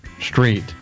street